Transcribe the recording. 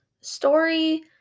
story